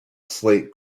slate